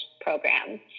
program